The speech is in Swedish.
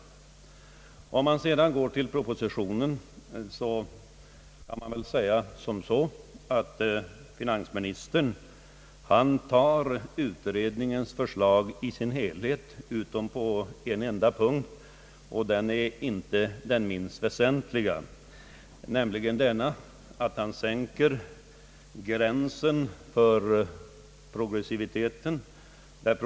Vad beträffar propositionen kan man väl säga att finansministern tar utredningens förslag i dess helhet utom på en enda punkt, den inte minst väsentliga, nämligen i fråga om gränsen där progressiviteten skall sätta in.